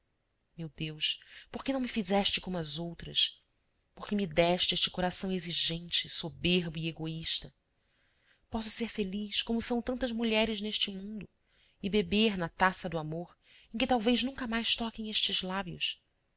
meu deus por que não me fizeste como as outras por que me deste este coração exigente soberbo e egoísta posso ser feliz como são tantas mulheres neste mundo e beber na taça do amor em que talvez nunca mais toquem estes lábios